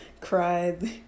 cried